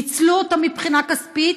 ניצלו אותם מבחינה כספית,